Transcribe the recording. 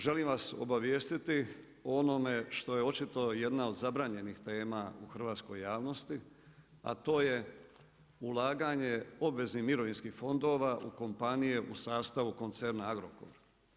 Želim vas obavijestiti, o onome što je očito jedna od zabranjenih tema u hrvatskoj javnosti, a to je ulaganje obveznih mirovinskih fondova u kompanije u sastavu koncerna Agrokor.